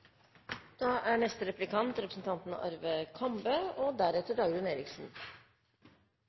Da er neste taler representanten Dagrun Eriksen, og deretter